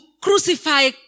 crucify